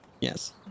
Yes